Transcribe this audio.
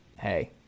hey